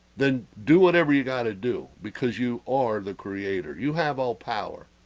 then do whatever you got to do because you are the creator you have all power